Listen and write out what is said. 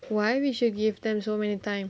why we should give them so many time